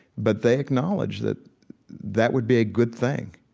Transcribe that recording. but they acknowledge that that would be a good thing.